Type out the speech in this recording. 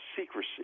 secrecy